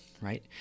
right